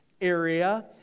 area